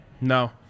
No